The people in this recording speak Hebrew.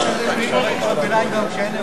אני מוריד חוץ וביטחון.